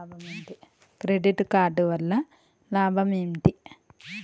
Credit card వల్ల లాభం ఏంటి?